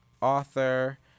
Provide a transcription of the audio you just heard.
author